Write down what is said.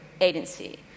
agency